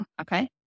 Okay